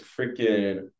freaking